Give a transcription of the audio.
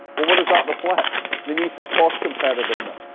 what what does that reflect? the need for cost competitiveness.